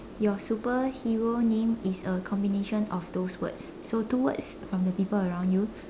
your superhero name is a combination of those words so two words from the people around you